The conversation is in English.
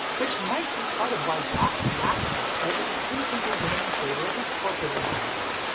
which might be part of why docked laptops are increasingly gaining favor in the corporate environment.